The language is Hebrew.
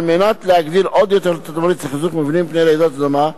על מנת להגדיל עוד יותר את התמריץ לחיזוק מבנים מפני רעידות אדמה,